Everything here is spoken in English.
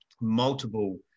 multiple